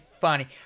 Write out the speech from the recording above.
funny